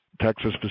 Texas